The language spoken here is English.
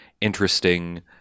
interesting